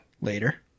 Later